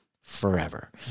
forever